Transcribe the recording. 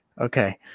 Okay